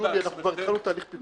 שולי, כבר התחלנו תהליך פיקוח.